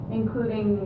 including